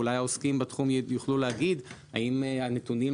אולי העוסקים בתחום יוכלו להגיד האם הנתונים,